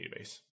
database